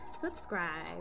subscribe